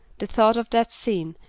the thought of that scene,